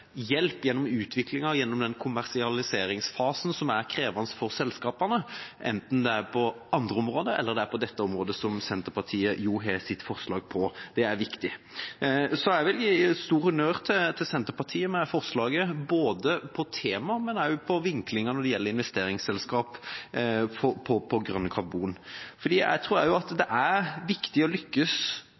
hjelp gjennom utviklinga i kommersialiseringsfasen, som er krevende for selskapene, enten det er på andre områder eller dette området som Senterpartiets forslag gjelder, er viktig. Jeg vil gi stor honnør til Senterpartiet for forslaget, med tanke på både temaet og vinklinga når det gjelder investeringsselskap og grønn karbon. Jeg tror også at det er viktig å lykkes